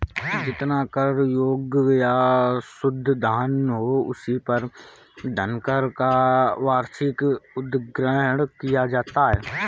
जितना कर योग्य या शुद्ध धन हो, उसी पर धनकर का वार्षिक उद्ग्रहण किया जाता है